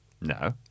No